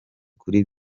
kuri